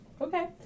Okay